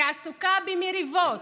היא עסוקה במריבות